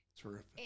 Terrific